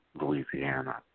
Louisiana